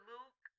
Luke